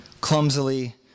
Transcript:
clumsily